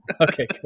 okay